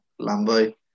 Lambo